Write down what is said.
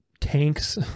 tanks